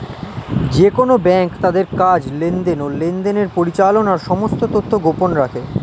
যেকোন ব্যাঙ্ক তাদের কাজ, লেনদেন, ও লেনদেনের পরিচালনার সমস্ত তথ্য গোপন রাখে